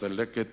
כצלקת